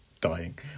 Dying